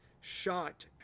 shot